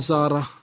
Zara